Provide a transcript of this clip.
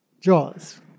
Jaws